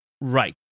Right